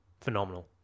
phenomenal